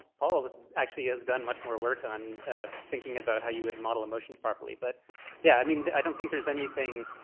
paul actually has done much more work on thinking about how you would model emotions properly. but yeah, i mean, i don't think there's anything